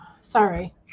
sorry